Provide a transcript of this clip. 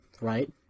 right